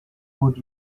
would